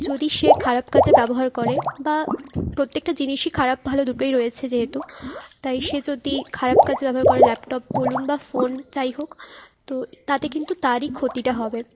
যদি সে খারাপ কাজে ব্যবহার করে বা প্রত্যেকটা জিনিসই খারাপ ভালো দুটোই রয়েছে যেহেতু তাই সে যদি খারাপ কাজে ব্যবহার করে ল্যাপটপ বলুন বা ফোন যাই হোক তো তাতে কিন্তু তারই ক্ষতিটা হবে